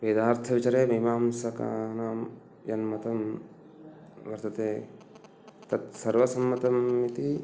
वेदार्थविचारे मीमांसकानां यन्मतं वर्तते तत् सर्वसम्मतम् इति